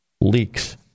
leaks